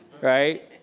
Right